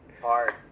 Hard